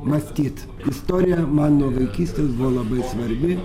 mąstyt istorija man nuo vaikystės buvo labai svarbi